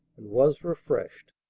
and was refreshed